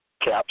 Caps